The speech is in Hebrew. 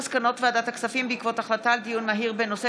מסקנות ועדת הכספים בעקבות דיון מהיר בהצעתו של חבר